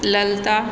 Lalita